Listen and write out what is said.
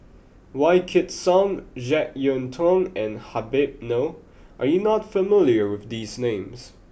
Wykidd Song Jek Yeun Thong and Habib Noh are you not familiar with these names